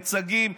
מיצגים,